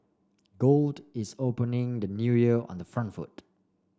gold is opening the New Year on the front foot